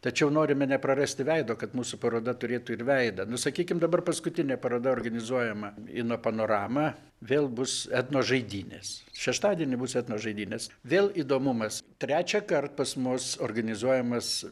tačiau norime neprarasti veido kad mūsų paroda turėtų ir veidą nu sakykim dabar paskutinė paroda organizuojama inno panorama vėl bus etnožaidynės šeštadienį bus etnožaidynės vėl įdomumas trečiąkart pas mus organizuojamas